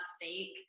fake